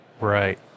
right